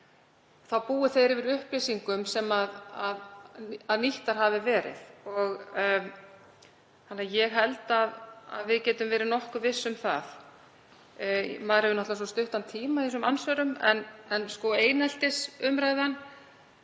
þá búi þeir yfir upplýsingum sem nýttar hafa verið, ég held að við getum verið nokkuð viss um það. Maður hefur svo stuttan tíma í þessum andsvörum en hvað varðar